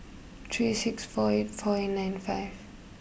three six four eight four eight nine five